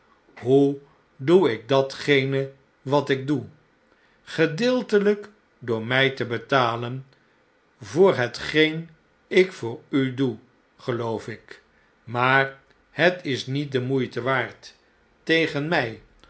hoe doe ik datgene wat ik doe gedeeltelp door mh te betalen voor hetgeen ik voor u doe geloof ik maar het is niet de moeite waard tegen mh